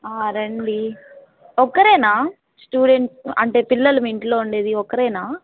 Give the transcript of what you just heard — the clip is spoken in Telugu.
రండి ఒక్కరేనా స్టూడెంట్ అంటే పిల్లలు మీ ఇంట్లో ఉండేది ఒక్కరేనా